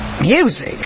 Music